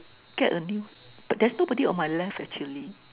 get a new but there's nobody on my left actually